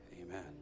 Amen